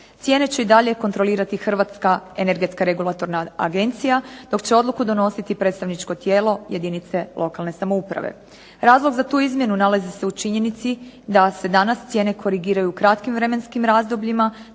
Cijene će i dalje kontrolirati Hrvatska energetska regulatorna agencija dok će odluku donositi predstavničko tijelo jedinice lokalne samouprave. Razlog za tu izmjenu nalazi se u činjenici da se danas cijene korigiraju u kratkim vremenskim razdobljima